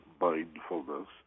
mindfulness